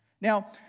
Now